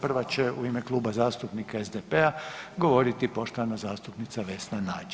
Prva će u ime Kluba zastupnika SDP-a govoriti poštovana zastupnica Vesna Nađ.